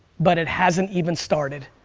but it hasn't even started.